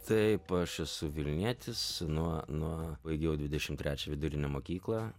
taip aš esu vilnietis nuo nuo baigiau dvidešimt trečią vidurinę mokyklą